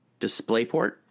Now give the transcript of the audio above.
DisplayPort